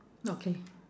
okay